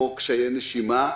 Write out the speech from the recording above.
או קשיי נשימה.